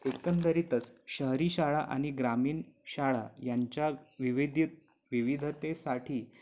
एकंदरीतच शहरी शाळा आणि ग्रामीण शाळा यांच्या विविदि विविधतेसाठी